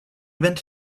went